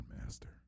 Master